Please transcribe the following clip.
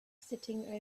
sitting